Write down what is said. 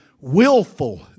willful